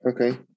Okay